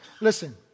Listen